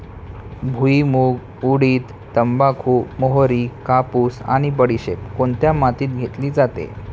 भुईमूग, उडीद, तंबाखू, मोहरी, कापूस आणि बडीशेप कोणत्या मातीत घेतली जाते?